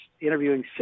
interviewing